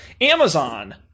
Amazon